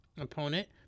opponent